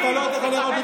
תכבד, אתה לא תחנך אותי.